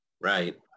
Right